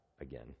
again